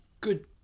good